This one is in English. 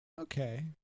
okay